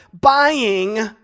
buying